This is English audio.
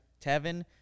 Tevin